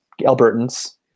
Albertans